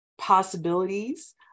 possibilities